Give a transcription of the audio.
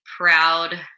proud